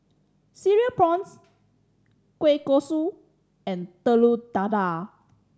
Cereal Prawns kueh kosui and Telur Dadah